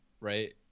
right